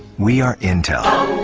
we are intel,